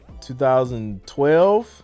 2012